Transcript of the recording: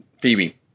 Phoebe